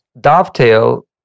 dovetail